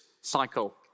cycle